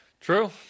True